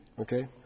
Okay